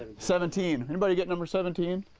seventeen, anybody got number seventeen?